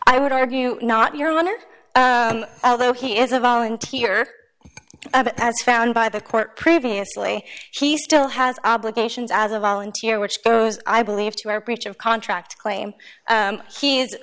i would argue not your honor though he is a volunteer as found by the court previously he still has obligations as a volunteer which goes i believe to our breach of contract claim